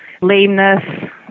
lameness